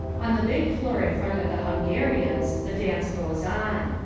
on the big floor in front of the hungarians the dance goes on.